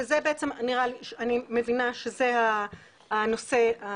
אני מבינה שזה הנושא.